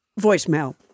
voicemail